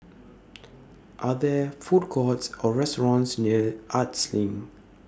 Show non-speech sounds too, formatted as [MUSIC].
[NOISE] Are There Food Courts Or restaurants near Arts LINK